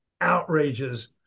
outrages